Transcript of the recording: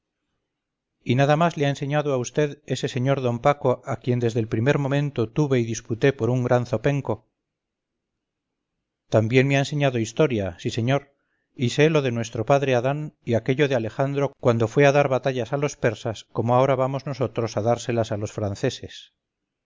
y nada más le ha enseñado a vd ese señor d paco a quien desde el primer momento tuve y diputé por un gran zopenco también me ha enseñado historia sí señor y sé lo de nuestro padre adán y aquello de alejandro cuando fue a dar batallas a los persas como ahora vamos nosotros a dárselas a los franceses